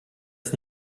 ist